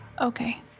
Okay